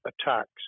attacks